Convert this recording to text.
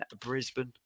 Brisbane